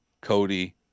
Cody